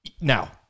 Now